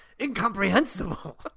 incomprehensible